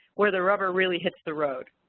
where the rubber really hits the road.